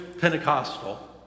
Pentecostal